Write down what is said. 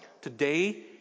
today